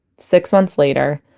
six months later,